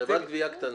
חברת גבייה קטנה.